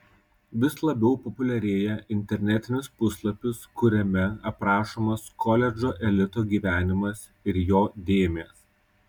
vis labiau populiarėja internetinis puslapis kuriame aprašomas koledžo elito gyvenimas ir jo dėmės